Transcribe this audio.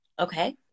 okay